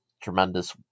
tremendous